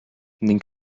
ning